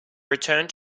returned